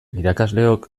irakasleok